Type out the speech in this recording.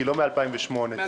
לא מ-2008,